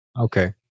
Okay